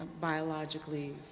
biologically